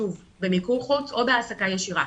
שוב במיקור חוץ או בהעסקה ישירה,